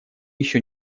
еще